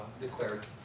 declared